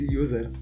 user